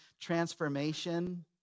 transformation